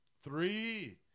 Three